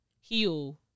heal